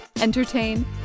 entertain